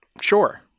Sure